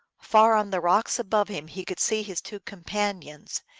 far on the rocks above him he could see his two companions,